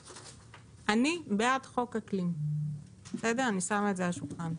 אני בעד חוק האקלים, אני שמה את זה על השולחן,